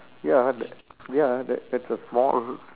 ya the ya tha~ that's a small